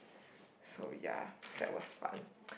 so yeah that was fun